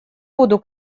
буду